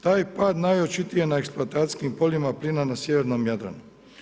Taj pad najočitiji je na eksploatacijskih polja plina na sjevernom Jadranu.